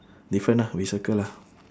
different lah we circle lah